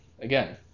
Again